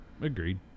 Agreed